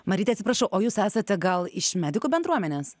maryte atsiprašau o jūs esate gal iš medikų bendruomenės